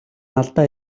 алдаа